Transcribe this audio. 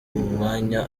umwanya